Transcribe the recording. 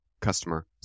customer